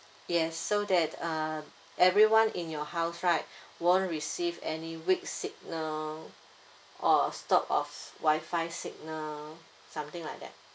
yes so that uh everyone in your house right won't receive any weak signal or stop of Wi-Fi signal something like that